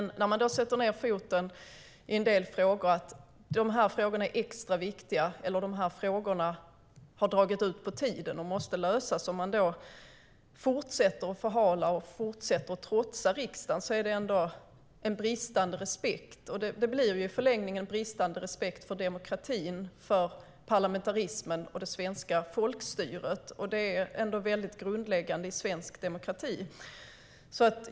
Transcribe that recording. När riksdagen då sätter ned foten i en del frågor och säger att de är extra viktiga, eller att de har dragit ut på tiden och måste lösas, och regeringen fortsätter att förhala och trotsa visar det på bristande respekt. Det blir i förlängningen en bristande respekt för demokratin - för parlamentarismen och det svenska folkstyret, vilket är grundläggande i svensk demokrati.